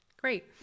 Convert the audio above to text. great